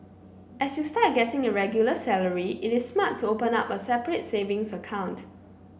as you start getting a regular salary it is smart to open up a separate savings account